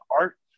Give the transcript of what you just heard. art